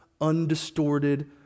undistorted